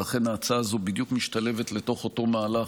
ולכן ההצעה הזו משתלבת בדיוק בתוך אותו מהלך